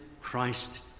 Christ